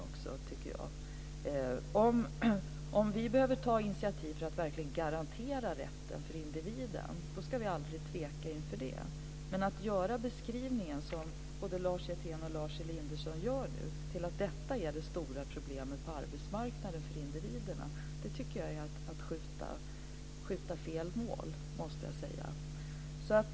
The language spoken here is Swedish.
Om vi behöver ta initiativ för att verkligen garantera rätten för individen, ska vi aldrig tveka inför det, men att göra en sådan beskrivning som både Lars Hjertén och Lars Elinderson nu gör, att detta skulle vara det stora problemet för individerna på arbetsmarknaden, tycker jag är att skjuta på fel mål.